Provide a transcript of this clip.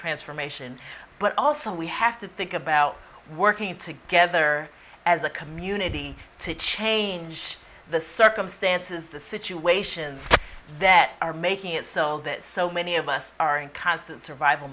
transformation but also we have to think about working together as a community to change the circumstances the situations that are making it so that so many of us are in constant survival